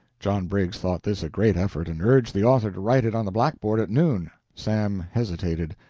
john briggs thought this a great effort, and urged the author to write it on the blackboard at noon. sam hesitated.